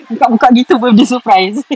buka buka gitu birthday surprise